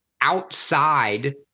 outside